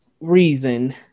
reason